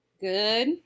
Good